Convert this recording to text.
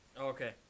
okay